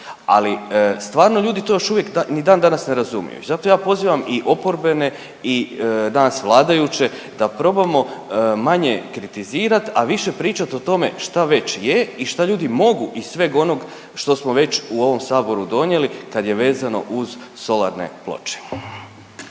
Ali, stvarno ljudi to još uvijek ni dan danas ne razumiju. I zato ja pozivam i oporbene i nas vladajuće da probamo manje kritizirati, a više pričati o tome što već je i što ljudi mogu iz sveg onog što smo već u ovom Saboru donijeli kad je vezano uz solarne ploče.